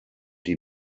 die